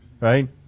Right